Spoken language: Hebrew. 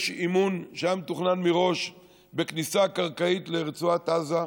יש אימון שהיה מתוכנן מראש בכניסה קרקעית לרצועת עזה,